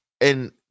And-